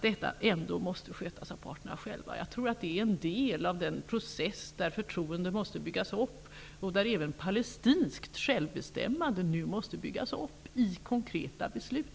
Det är en del av den process där förtroendet måste byggas upp och där även palestinskt självbestämmande hela tiden måste byggas upp till konkreta beslut.